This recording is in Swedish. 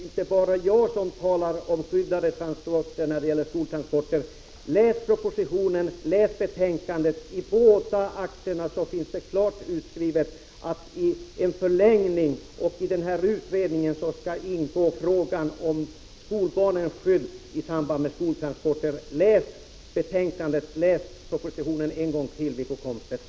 Herr talman! Men snälla Wiggo Komstedt, det är inte bara jag som talar om skyddade skoltransporter. Läs propositionen, läs betänkandet! I båda akterna finns det klart utskrivet att i utredningen skall ingå frågan om skolbarnets skydd i samband med skoltransporter. Läs alltså betänkandet och propositionen en gång till, Wiggo Komstedt!